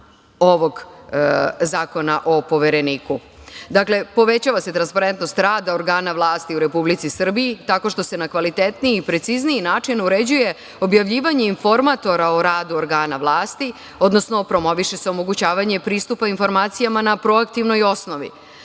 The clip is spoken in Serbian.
ovog Zakona o Povereniku. Dakle, povećava se transparentnost rada organa vlasti u Republici Srbiji tako što se na kvalitetniji i precizniji način uređuje objavljivanje informatora o radu organa vlasti, odnosno, promoviše se omogućavanje pristupa informacijama na proaktivnoj osnovi.